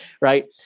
Right